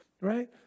right